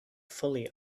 fully